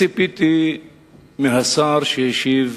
ציפיתי מהשר שהשיב,